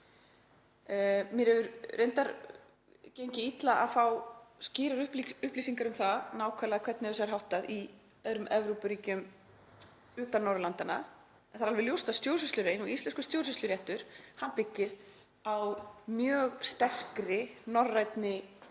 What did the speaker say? Mér hefur reyndar gengið illa að fá skýrar upplýsingar um það nákvæmlega hvernig þessu er háttað í öðrum Evrópuríkjum utan Norðurlandanna en það er alveg ljóst að stjórnsýslulögin og íslenskur stjórnsýsluréttur byggir á mjög sterkri norrænni